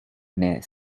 near